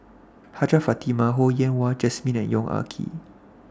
Hajjah Fatimah Ho Yen Wah Jesmine and Yong Ah Kee